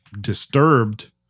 disturbed